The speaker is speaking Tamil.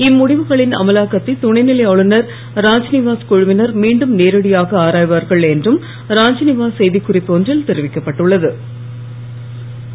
இம்முடிவுகளின் அமலாக்கத்தை துணைநிலை ஆளுநர் ராத்நிவாஸ் குழுவினர் மீண்டும் நேரடியாக ஆராய்வார்கன் என்றும் ராஜ்நிவாஸ் செய்திக் குறிப்பு ஒன்றில் தெரிவிக்கப்பட்டு உள்ள து